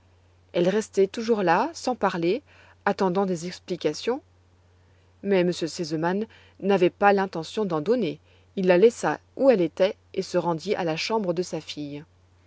elle restait toujours là sans parler attendant des explications mais m r sesemann n'avait pas l'intention d'en donner il la laissa où elle était et se rendit à la chambre de sa fille